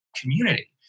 community